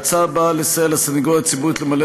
ההצעה נועדה לסייע לסנגוריה הציבורית למלא